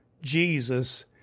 Jesus